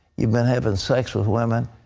you've been having sex with women.